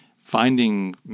finding